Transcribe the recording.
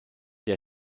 der